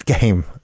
game